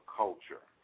culture